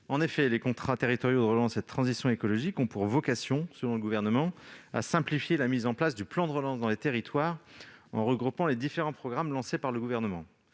En effet, les contrats territoriaux de relance et de transition écologique ont pour vocation, selon le Gouvernement, de simplifier la mise en place du plan de relance dans les territoires en regroupant les différents programmes lancés par le Gouvernement